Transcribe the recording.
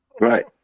Right